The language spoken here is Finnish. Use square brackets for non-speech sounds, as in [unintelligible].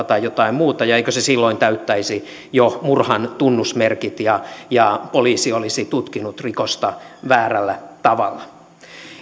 [unintelligible] tai jotain muuta ja eikö se silloin täyttäisi jo murhan tunnusmerkit ja ja poliisi olisi tutkinut rikosta väärällä tavalla